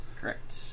Correct